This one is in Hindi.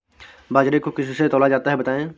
बाजरे को किससे तौला जाता है बताएँ?